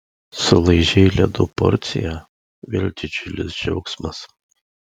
sulaižei ledų porciją vėl didžiulis džiaugsmas